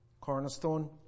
Cornerstone